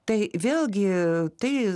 tai vėlgi tai